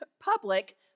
public